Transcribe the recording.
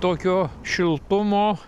tokio šiltumo